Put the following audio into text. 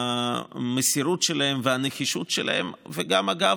המסירות שלהם והנחישות שלהם, גם, אגב,